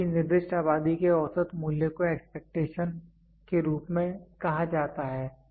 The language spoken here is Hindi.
माप की निर्दिष्ट आबादी के औसत मूल्य को एक्सपेक्टेशन के रूप में कहा जाता है